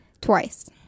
Twice